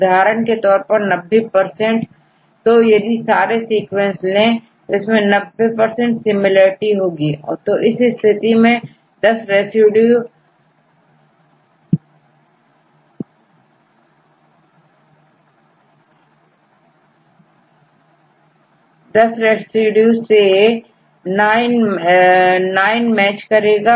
उदाहरण के तौर पर90 तो यदि सारे सीक्वेंस ले और इनमें 90 सिमिलरिटी है तो इस स्थिति में10 रेसिड्यू वैसे9 मैच करेगा और केवल1 मैच नहीं करेगा